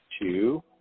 two